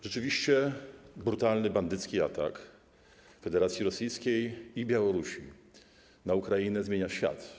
Rzeczywiście brutalny, bandycki atak Federacji Rosyjskiej i Białorusi na Ukrainę zmienia świat.